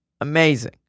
Amazing